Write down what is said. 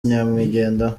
nyamwigendaho